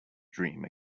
dream